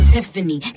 Tiffany